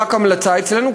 רק המלצה אצלנו,